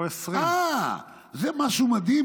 או 20. אה, זה משהו מדהים.